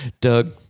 Doug